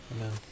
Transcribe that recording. Amen